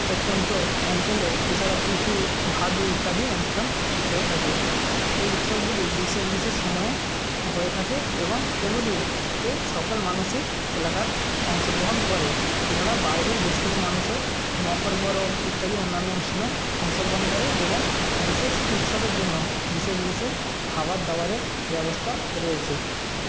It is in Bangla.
এই প্রত্যন্ত অঞ্চলে এছাড়া টুসু ভাদু ইত্যাদি অনুষ্ঠান হয়ে থাকে এই উৎসবগুলি বিশেষ বিশেষ সময়ে হয়ে থাকে এবং এগুলিরতে সকল মানুষই এলাকার অংশগ্রহণ করে এছাড়া বাইরের বেশ কিছু মানুষও মকর পরব ইত্যাদি অন্যান্য অনুষ্ঠানেও অংশগ্রহণ করে এবং বিশেষ উৎসবের জন্য বিশেষ বিশেষ খাবার দাবারের ব্যবস্থা রয়েছে